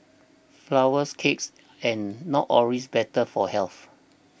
flowers cakes and not always better for health